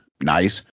nice